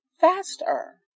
faster